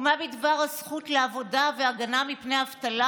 ומה בדבר הזכות לעבודה והגנה מפני אבטלה?